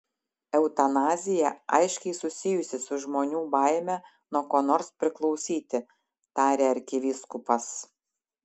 eutanazija aiškiai susijusi su žmonių baime nuo ko nors priklausyti tarė arkivyskupas